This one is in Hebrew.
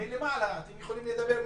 אתם יכולים לדבר מלמעלה,